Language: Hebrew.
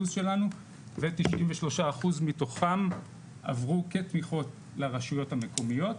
שלנו ו- 93% מתוכו עברו כתמיכה לרשויות המקומיות.